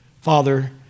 Father